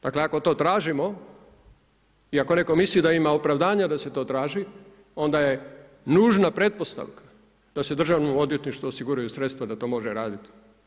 Dakle ako to tražimo i ako netko misli da ima opravdanja da se to traži, onda je nužna pretpostavka da se državnom odvjetništvu osiguraju sredstva da to može raditi.